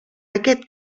aquest